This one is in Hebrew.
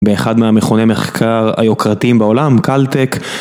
באחד מהמכוני מחקר היוקרתיים בעולם, קלטק.